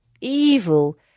evil